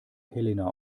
helena